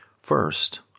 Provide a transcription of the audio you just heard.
First